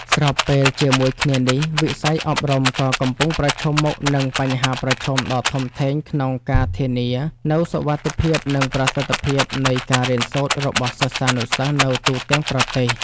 ស្របពេលជាមួយគ្នានេះ វិស័យអប់រំក៏កំពុងប្រឈមមុខនឹងបញ្ហាប្រឈមដ៏ធំធេងក្នុងការធានានូវសុវត្ថិភាព និងប្រសិទ្ធភាពនៃការរៀនសូត្ររបស់សិស្សានុសិស្សនៅទូទាំងប្រទេស។